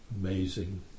amazing